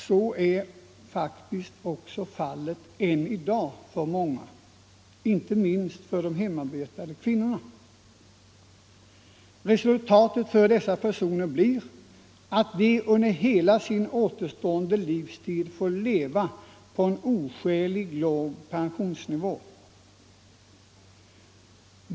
Så är faktiskt också fallet för många än i dag, inte minst för de hemarbetande kvinnorna. Resultatet för dessa personer blir att de under hela sin återstående livstid får leva på en oskäligt låg pensionsnivå.